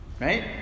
right